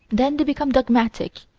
then they become dogmatic,